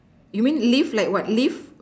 you mean live like what live